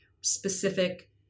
specific